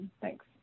Thanks